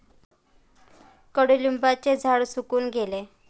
कडुलिंबाचे झाड सुकून गेले